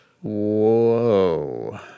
Whoa